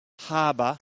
harbour